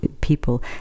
people